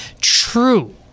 true